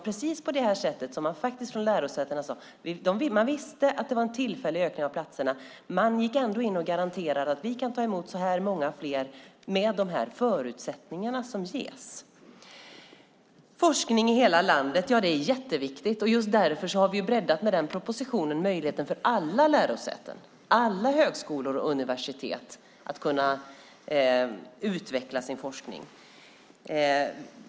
Lärosätena visste att det var en tillfällig ökning av platserna. De gick ändå in och garanterade att de kunde ta in ett visst antal fler studenter med de förutsättningar som gavs. Forskning i hela landet är jätteviktigt. Just därför har vi med propositionen breddat möjligheten för alla lärosäten, alla högskolor och universitet, att utveckla sin forskning.